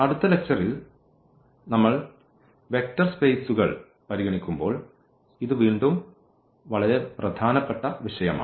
അടുത്ത ലെക്ച്ചറിൽ നമ്മൾ വെക്റ്റർ സ്പേസുകൾ പരിഗണിക്കുമ്പോൾ ഇത് വീണ്ടും വളരെ പ്രധാനപ്പെട്ട വിഷയമാണ്